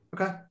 okay